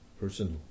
personal